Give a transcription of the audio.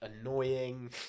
annoying